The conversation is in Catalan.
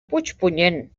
puigpunyent